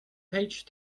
page